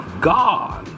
God